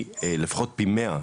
לפחות פי 100,